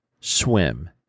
swim